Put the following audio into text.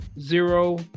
zero